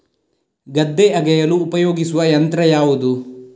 ಗದ್ದೆ ಅಗೆಯಲು ಉಪಯೋಗಿಸುವ ಯಂತ್ರ ಯಾವುದು?